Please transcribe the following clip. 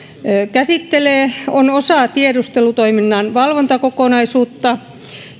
käsittelee on osa tiedustelutoiminnan valvontakokonaisuutta